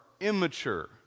immature